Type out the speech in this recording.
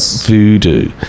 voodoo